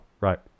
Right